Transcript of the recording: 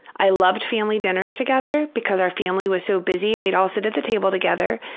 i loved family dinners together because our family was so busy and we'd all sit at the table together,